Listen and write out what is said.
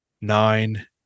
nine